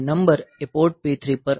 તેથી નંબર એ port P3 પર આઉટપુટ બને છે